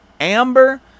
Amber